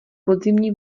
podzimní